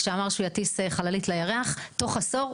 כשהוא אמר שהוא יטיס חללית לירח תוך עשור,